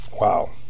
Wow